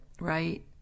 right